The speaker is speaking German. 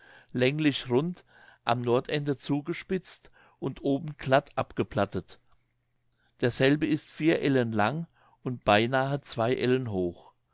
länglich rund am nordende zugespitzt und oben glatt abgeplattet derselbe ist vier ellen lang und beinahe zwei ellen hoch